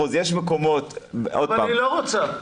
אבל היא לא רוצה.